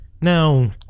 Now